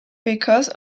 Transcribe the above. because